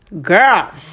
girl